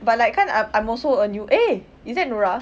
but like kan I I'm also a new eh is that nora